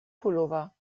pullover